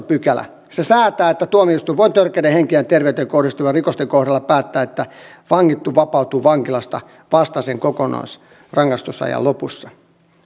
pykälä se säätää että tuomioistuin voi törkeiden henkeen ja terveyteen kohdistuvien rikosten kohdalla päättää että vangittu vapautuu vankilasta vasta sen kokonaisrangaistusajan lopussa